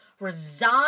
Resign